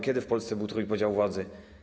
Kiedy w Polsce był trójpodział władzy?